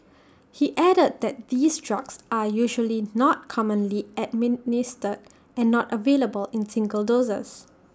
he added that these drugs are usually not commonly administered and not available in single doses